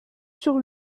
sur